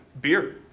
beer